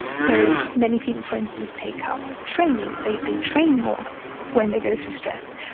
so, many people for instance take up training, they they train more when they go through stress.